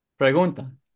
Pregunta